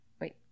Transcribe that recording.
Wait